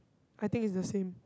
I think it's the same